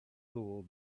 saw